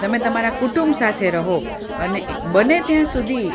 તમે તમારા કુટુંબ સાથે રહો અને બને ત્યાં સુધી